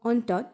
অন্তত